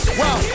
wow